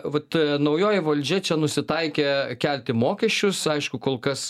vat naujoji valdžia čia nusitaikė kelti mokesčius aišku kol kas